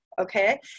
okay